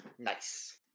Nice